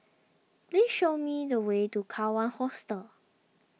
please show me the way to Kawan Hostel